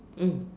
mm